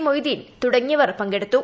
മൊയ്ത്രീൻ തുടങ്ങിയവർ പങ്കെടുത്തു